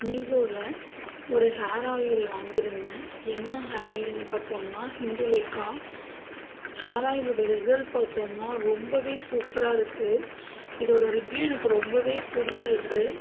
மீசோவில் ஒரு ஹேராயில் வாங்கியிருந்தேன் என்ன ஹேராயில்ன்னு பார்த்தோமுன்னா ஹிந்துலேகா ஹேராயிலோட ரிசல்ட் பார்த்தோம்ன்னா ரொம்ப சூப்பராக இருக்கு இதோட ரிவ்யூ எனக்கு ரொம்ப பிடித்திருக்கு